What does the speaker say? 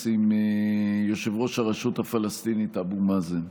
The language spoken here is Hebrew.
עם יושב-ראש הרשות הפלסטינית אבו מאזן.